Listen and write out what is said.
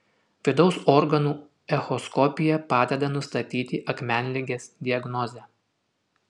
vidaus organų echoskopija padeda nustatyti akmenligės diagnozę